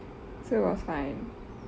so it was fine